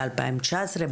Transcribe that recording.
ב-2019,